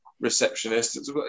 receptionist